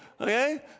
okay